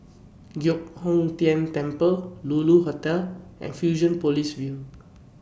Giok Hong Tian Temple Lulu Hotel and Fusionopolis View